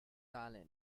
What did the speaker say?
tale